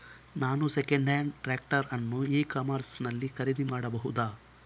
ನಾನು second hand tractor ಅನ್ನು e commerce ನಲ್ಲಿ ಖರೀದಿ ಮಾಡಬಹುದಾ?